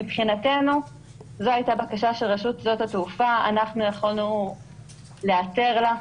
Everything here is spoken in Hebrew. מבחינתנו זו הייתה הבקשה של רשות שדות התעופה ואנחנו יכולנו להיעתר לה.